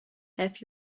have